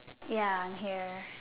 ya I am here